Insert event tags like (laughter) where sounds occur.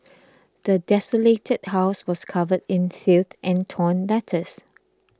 (noise) the desolated house was covered in filth and torn letters